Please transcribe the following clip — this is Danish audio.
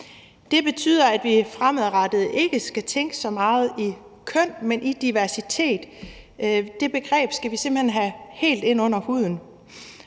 Det betyder, at vi fremadrettet ikke skal tænke så meget i køn, men i diversitet. Det begreb skal vi simpelt hen have helt ind under huden.